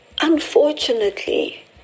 unfortunately